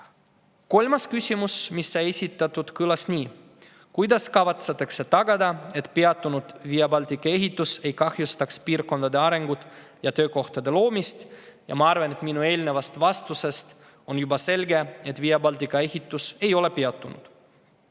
küsimus, mis sai esitatud, kõlab nii: "Kuidas kavatsetakse tagada, et peatunud Via Baltica ehitus ei kahjustaks piirkondade arengut ja töökohtade loomist?" Ma arvan, et minu eelnevast vastusest on juba selge, et Via Baltica ehitus ei ole peatunud. Neljas